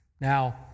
Now